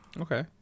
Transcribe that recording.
okay